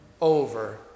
over